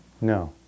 No